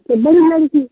तो बड़ी लड़की